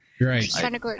Right